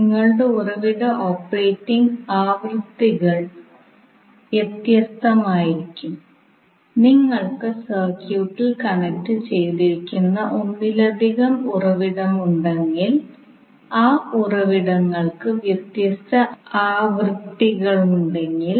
നമുക്ക് സർക്യൂട്ട് വിശകലനത്തിന്റെ ചർച്ച ആരംഭിക്കാം